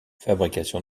fabrication